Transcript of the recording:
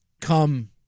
come